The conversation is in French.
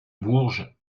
bourges